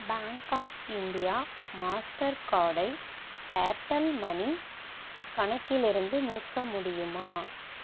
bank of India master கார்டை Airtel money கணக்கிலிருந்து நீக்க முடியுமா